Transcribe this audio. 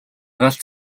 галт